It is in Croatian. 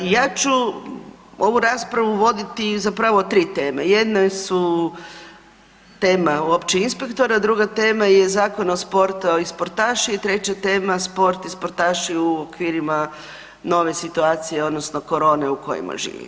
Ja ću ovu raspravu voditi zapravo o tri teme, jedne su tema općih inspektora, druga tema je Zakon o sportu i sportaši i treća tema sport i sportaši u okvirima nove situacije odnosno korone u kojima živi.